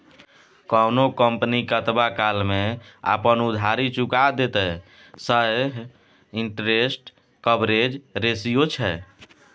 कोनो कंपनी कतबा काल मे अपन उधारी चुका देतेय सैह इंटरेस्ट कवरेज रेशियो छै